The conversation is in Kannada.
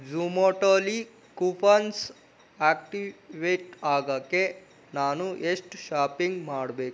ಜುಮೊಟೋಲಿ ಕೂಪನ್ಸ್ ಆಕ್ಟಿವೇಟ್ ಆಗೋಕ್ಕೆ ನಾನು ಎಷ್ಟು ಶಾಪಿಂಗ್ ಮಾಡಬೇಕು